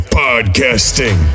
podcasting